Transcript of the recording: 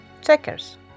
checkers